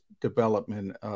development